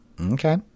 Okay